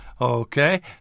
Okay